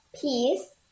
peace